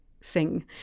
sing